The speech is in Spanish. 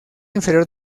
inferior